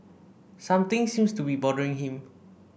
something seems to be bothering him